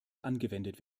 angewendet